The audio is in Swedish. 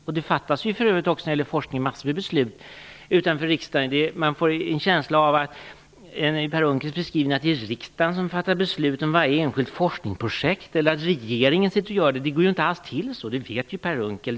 När det gäller forskning fattas många beslut utanför riksdagen. Man får en känsla av att det enligt Per Unckels beskrivning är riksdagen eller regeringen som fattar beslut om varje enskilt forskningsprojekt. Det går inte alls till så, och det vet Per Unckel.